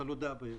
חלודה בעברית.